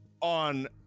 on